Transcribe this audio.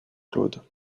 claude